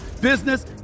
business